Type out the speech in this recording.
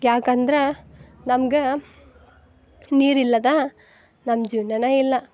ಯಾಕಂದ್ರೆ ನಮ್ಗೆ ನೀರಿಲ್ಲದ ನಮ್ಮ ಜೀವನನೇ ಇಲ್ಲ